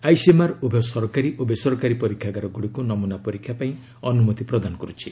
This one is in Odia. ଆଇସିଏମ୍ଆର୍ ଉଭୟ ସରକାରୀ ଓ ବେସରକାରୀ ପରୀକ୍ଷାଗାରଗୁଡ଼ିକୁ ନମୁନା ପରୀକ୍ଷା ପାଇଁ ଅନୁମତି ପ୍ରଦାନ କରୁଛି